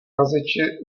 házeči